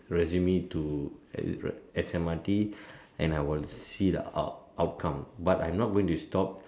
resume to S_M_R_T and I will see the out~ outcome but I'm not going to stop